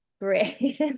great